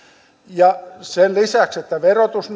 ja sen lisäksi että verotus